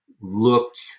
looked